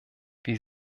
wie